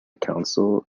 counsel